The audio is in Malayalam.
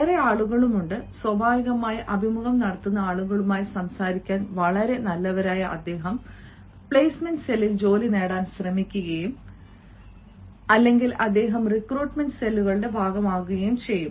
വേറെ ആളുകളുണ്ട് സ്വാഭാവികമായും അഭിമുഖം നടത്തുന്ന ആളുകളുമായി സംസാരിക്കാൻ വളരെ നല്ലവരായ അദ്ദേഹം പ്ലെയ്സ്മെന്റ് സെല്ലിൽ ജോലി നേടാൻ ശ്രമിക്കും അല്ലെങ്കിൽ അദ്ദേഹം റിക്രൂട്ട്മെന്റ് സെല്ലുകളുടെ ഭാഗമാകും